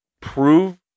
prove